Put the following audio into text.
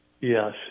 Yes